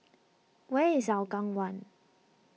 where is Hougang one